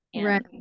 Right